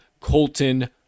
colton